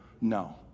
no